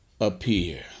appear